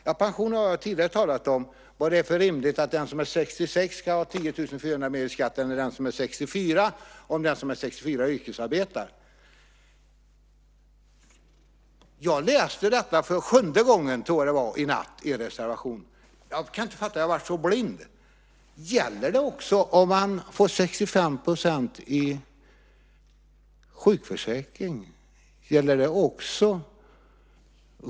Ja, pensioner har jag tidigare talat om - vad det är för rimligt i att den som är 66 år ska ha 10 400 kr mer i skatt än den som är 64 år om den som är 64 år yrkesarbetar. I natt läste jag er reservation för, tror jag, sjunde gången. Jag kan inte fatta att jag har varit så blind. Gäller det som sägs också om man får 65 % i sjukförsäkringen?